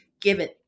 given